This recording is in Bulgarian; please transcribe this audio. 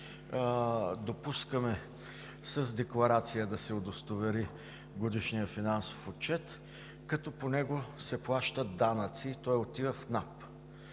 допускаме с декларация да се удостовери годишният финансов отчет, като по него се плащат данъци и той отива в НАП?